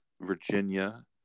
Virginia